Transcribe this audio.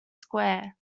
square